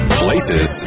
places